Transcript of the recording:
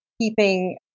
keeping